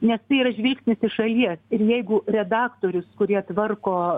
nes tai yra žvilgsnis iš šalies ir jeigu redaktorius kurie tvarko